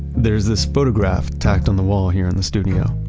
there's this photograph tacked on the wall here in the studio.